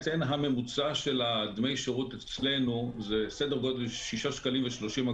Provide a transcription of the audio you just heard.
הממוצע של דמי השירות אצלנו הוא סדר גודל של 6.30 שקל.